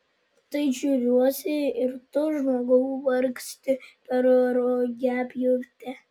tai žiūriuosi ir tu žmogau vargsti per rugiapjūtę